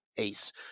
ace